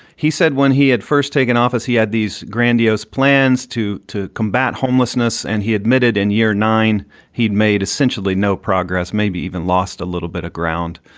he said when he had first taken office, he had these grandiose plans to to combat homelessness. and he admitted in year nine he'd made essentially no progress, maybe even lost a little bit of ground.